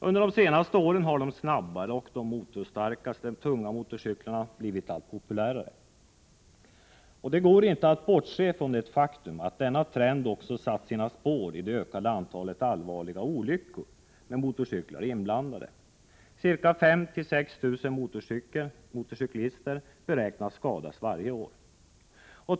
Under de senaste åren har de snabbaste och motorstarkaste tunga motorcyklarna blivit allt populärare. Det går inte att bortse från det faktum att denna trend också satt sina spår i det ökade antalet allvarliga olyckor med motorcyklar inblandade. Mellan 5 000 och 6 000 motorcyklister beräknas varje år bli skadade.